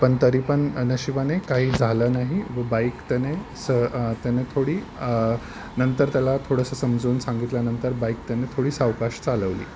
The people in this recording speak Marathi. पण तरी पण नशिबाने काही झालं नाही व बाईक त्याने स त्याने थोडी नंतर त्याला थोडंसं समजवून सांगितल्यानंतर बाईक त्यानी थोडी सावकाश चालवली